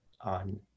on